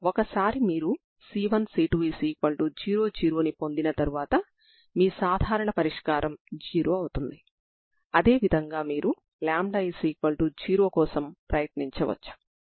కాబట్టి సంగ్రహించబడిన Sturm Liouville సమస్య Xx λXx0 అవుతుంది